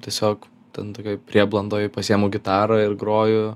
tiesiog ten tokioj prieblandoj pasiimu gitarą ir groju